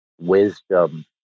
wisdom